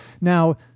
Now